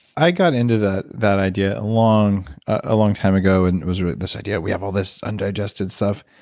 i got into that that idea a long ah long time ago and it was really this idea, we have all this undigested stuff,